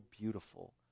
beautiful